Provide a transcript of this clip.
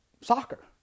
soccer